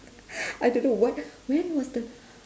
I don't know what when was the